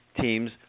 teams